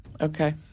Okay